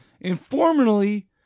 Informally